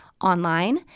online